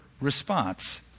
response